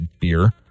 beer